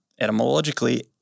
etymologically